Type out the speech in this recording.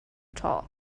talk